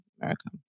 America